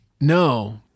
No